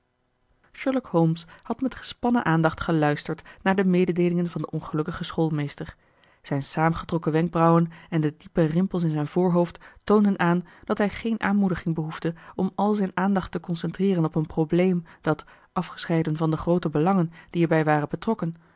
sherlock holmes had met gespannen aandacht geluisterd naar de mededeelingen van den ongelukkigen schoolmeester zijn saamgetrokken wenkbrauwen en de diepe rimpels in zijn voorhoofd toonden aan dat hij geen aanmoediging behoefde om al zijn aandacht te concentreeren op een probleem dat afgescheiden van de groote belangen die er bij waren betrokken